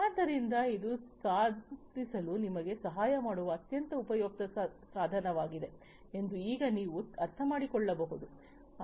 ಆದ್ದರಿಂದ ಇದು ಸಾಧಿಸಲು ನಿಮಗೆ ಸಹಾಯ ಮಾಡುವ ಅತ್ಯಂತ ಉಪಯುಕ್ತ ಸಾಧನವಾಗಿದೆ ಎಂದು ಈಗ ನೀವು ಅರ್ಥಮಾಡಿಕೊಳ್ಳಬಹುದು